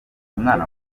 umwana